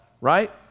right